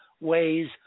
ways